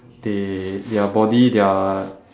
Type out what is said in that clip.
they their body their